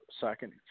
second